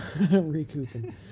recouping